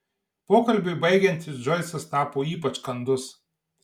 pokalbiui baigiantis džoisas tapo ypač kandus